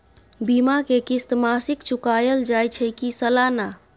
बीमा के किस्त मासिक चुकायल जाए छै की सालाना?